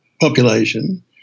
population